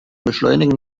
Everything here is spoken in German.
beschleunigen